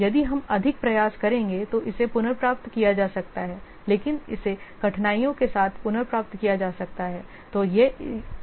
यदि हम अधिक प्रयास करेंगे तो इसे पुनर्प्राप्त किया जा सकता है लेकिन इसे कठिनाई के साथ पुनर्प्राप्त किया जा सकता है